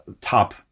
top